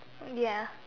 ya